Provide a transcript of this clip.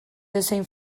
edozein